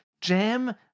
Jam